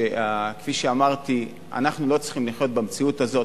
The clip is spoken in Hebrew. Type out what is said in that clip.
כפי שאמרתי, אנחנו לא צריכים לחיות במציאות הזאת.